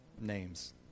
names